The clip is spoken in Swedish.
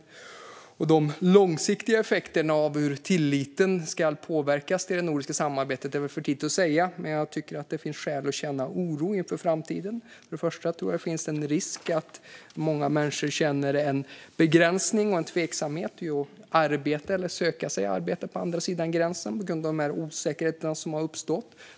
Vilka de långsiktiga effekterna blir när det gäller hur tilliten påverkas i det nordiska samarbetet är det nog för tidigt att säga. Men jag tycker att det finns skäl att känna oro inför framtiden. För det första tror jag att det finns en risk att många människor känner en begränsning och en tveksamhet när det gäller att arbeta eller söka sig arbete på andra sidan gränsen på grund av osäkerheterna som har uppstått.